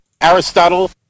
Aristotle